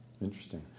interesting